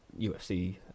UFC